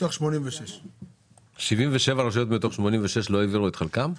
מתוך 86. 77 רשויות מתוך 86 לא העבירו את חלקן?